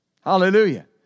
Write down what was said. Hallelujah